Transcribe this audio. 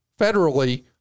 federally